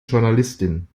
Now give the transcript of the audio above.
journalistin